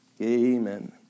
Amen